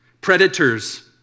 predators